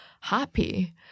happy